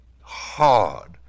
hard